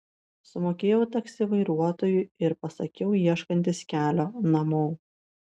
sumokėjau taksi vairuotojui ir pasakiau ieškantis kelio namo